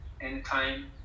anytime